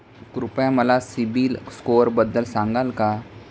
कृपया मला सीबील स्कोअरबद्दल सांगाल का?